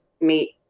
meet